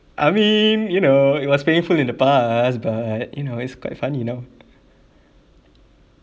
I mean you know it was painful in the past but you know it's quite funny now